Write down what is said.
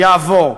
יעבור.